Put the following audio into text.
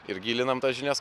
ir gilinam tas žinias